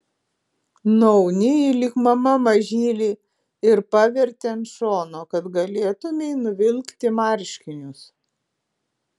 nuauni jį lyg mama mažylį ir paverti ant šono kad galėtumei nuvilkti marškinius